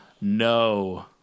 No